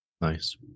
Nice